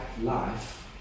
life